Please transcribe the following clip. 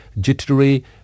jittery